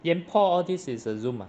yan por all these is a Zoom ah